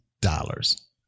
dollars